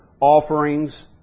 offerings